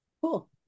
Cool